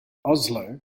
oslo